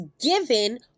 given